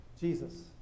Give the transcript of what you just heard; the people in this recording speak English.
Jesus